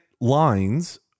lines